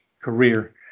career